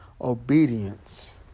obedience